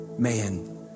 man